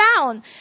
down